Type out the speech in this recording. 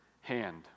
hand